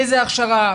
איזה הכשרה?